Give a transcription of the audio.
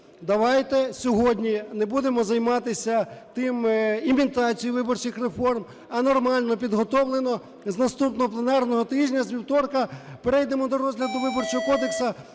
Давайте сьогодні не будемо займатися тим, імітацією виборчих реформ, а нормально, підготовлено з наступного пленарного тижня, з вівторка, перейдемо до розгляду Виборчого кодексу